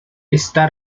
está